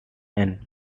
and